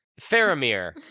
Faramir